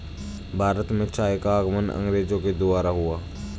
भारत में चाय का आगमन अंग्रेजो के द्वारा हुआ